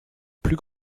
plus